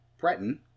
Breton